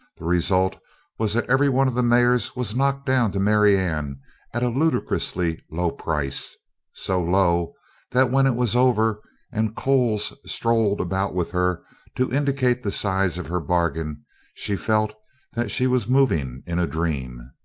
the result was that every one of the mares was knocked down to marianne at a ludicrously low price so low that when it was over and coles strolled about with her to indicate the size of her bargain she felt that she was moving in a dream.